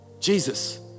Jesus